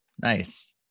Nice